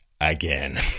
again